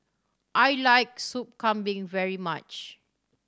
I like Soup Kambing very much